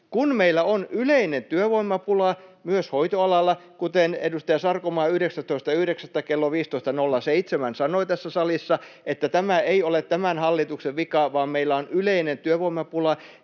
Kun meillä on yleinen työvoimapula myös hoitoalalla — kuten edustaja Sarkomaa 19.9. kello 15.07 sanoi tässä salissa, tämä ei ole tämän hallituksen vika, vaan meillä on yleinen työvoimapula